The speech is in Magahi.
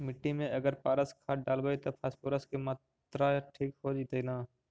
मिट्टी में अगर पारस खाद डालबै त फास्फोरस के माऋआ ठिक हो जितै न?